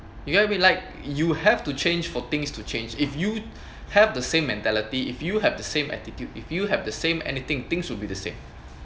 you get I mean like you have to change for things to change if you have the same mentality if you have the same attitude if you have the same anything things to be the same